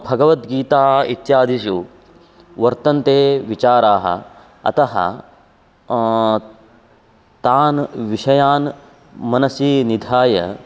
भगवद्गीता इत्यादिषु वर्तन्ते विचाराः अतः तान् विषयान् मनसि निधाय